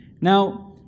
Now